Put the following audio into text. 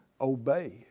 Obey